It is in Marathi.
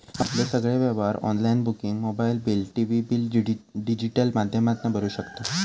आपले सगळे व्यवहार online booking mobile bill, TV bill digital माध्यमातना भरू शकताव